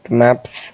maps